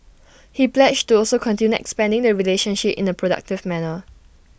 he pledged to also continue expanding the relationship in A productive manner